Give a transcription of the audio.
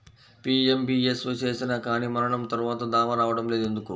PMBSY చేసినా కానీ మరణం తర్వాత దావా రావటం లేదు ఎందుకు?